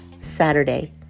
Saturday